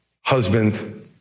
husband